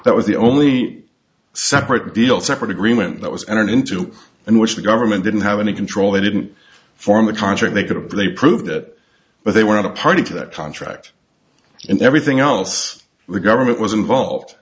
that was the only separate deal separate agreement that was entered into and which the government didn't have any control they didn't form a contract they could play prove that but they were not a party to that contract and everything else the government was involved